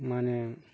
ᱢᱟᱱᱮ